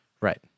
Right